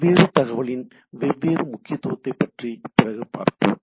வெவ்வேறு தகவலின் வெவ்வேறு முக்கியத்துவத்தைப் பற்றி பிறகு பார்ப்போம்